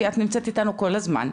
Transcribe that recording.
כי את נמצאת איתנו כל הזמן.